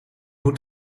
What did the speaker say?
moet